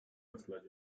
katılacak